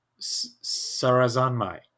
Sarazanmai